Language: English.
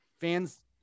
fans